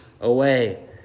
away